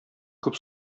күп